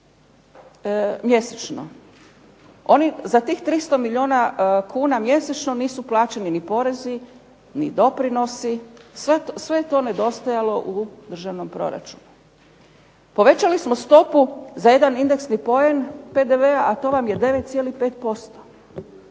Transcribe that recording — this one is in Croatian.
za tih 300 milijuna kuna mjesečno nisu plaćeni ni porezi, ni doprinosi, sve je to nedostajalo u državnom proračunu. Povećali smo stopu za jedan indeksni poen PDV-a, a to vam je 9,5%.